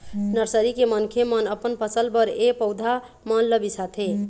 nursery के मनखे मन अपन फसल बर ए पउधा मन ल बिसाथे